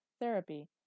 Therapy